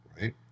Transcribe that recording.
right